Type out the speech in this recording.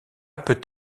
peut